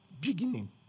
beginning